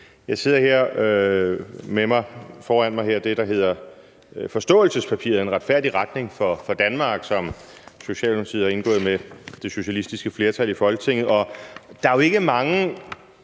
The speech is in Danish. Jeg sidder her med det, der hedder et forståelsespapir – »Retfærdig retning for Danmark« – som Socialdemokratiet har indgået med det socialistiske flertal i Folketinget. Og der er jo ikke mange